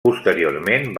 posteriorment